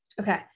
Okay